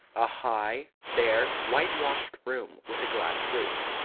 a high, bare, whitewashed room with a glass roof.